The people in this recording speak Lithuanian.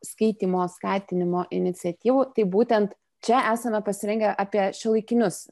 skaitymo skatinimo iniciatyvų tai būtent čia esame pasirengę apie šiuolaikinius